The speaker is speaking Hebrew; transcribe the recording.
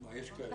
כמה יש כאלה?